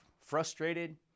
frustrated